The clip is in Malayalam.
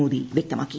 മോദി വ്യക്തമാക്കി